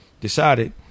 decided